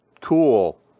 Cool